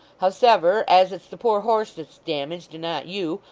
hows'ever as it's the poor horse that's damaged and not you,